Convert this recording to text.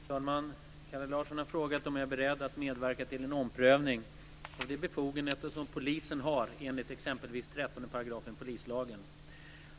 Fru talman! Kalle Larsson har frågat om jag är beredd att medverka till en omprövning av de befogenheter som polisen har enligt exempelvis 13 § polislagen.